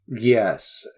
Yes